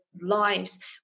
lives